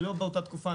זה לא באותה תקופה.